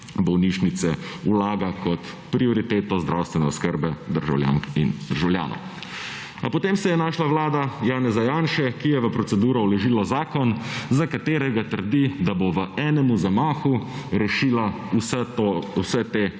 bolnišnice vlaga kot prioriteto zdravstvene oskrbe državljank in državljanov. A potem se je našla vlada Janeza Janše, ki je v proceduro vložila zakon, za katerega trdi, da bo v enemu zamahu rešila vse te